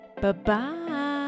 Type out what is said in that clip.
Bye-bye